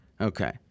Okay